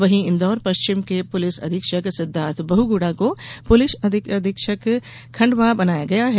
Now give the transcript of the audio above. वहीं इन्दौर पश्चिम के पुलिस अधीक्षक सिद्वार्थ बहुगुणा को पुलिस अधीक्षक खंडवा बनाया गया है